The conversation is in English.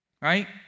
Right